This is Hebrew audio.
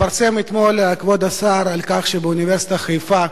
כבוד השר, אתמול התפרסם שבאוניברסיטת חיפה,